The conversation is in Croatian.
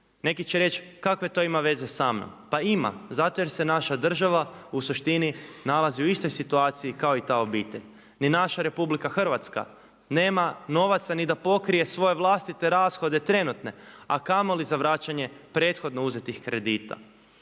neki će reći kakve to ima veze sa mnom. Pa ima, zato jer se naša država u suštini nalazi u istoj situaciji kao i ta obitelj. Ni naša Republika Hrvatska nema novaca ni da pokrije svoje vlastite rashode trenutne, a kamoli za vraćanje prethodno uzetih kredita.